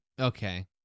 Okay